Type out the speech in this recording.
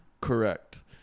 correct